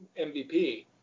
MVP